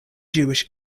jewish